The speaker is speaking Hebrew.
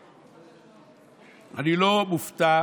השרה, אני לא מופתע